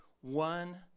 One